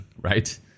right